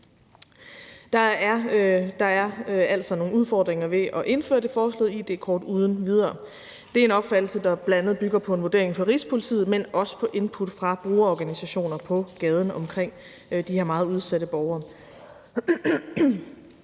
Der er altså nogle udfordringer ved at indføre det foreslåede id-kort uden videre. Det er en opfattelse, der bl.a. bygger på en vurdering fra Rigspolitiet, men også på input fra brugerorganisationer på gaden omkring de her meget udsatte borgere.